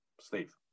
Steve